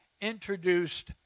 introduced